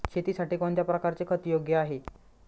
शेतीसाठी कोणत्या प्रकारचे खत योग्य आहे?